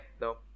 no